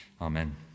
Amen